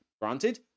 Granted